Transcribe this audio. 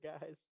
guys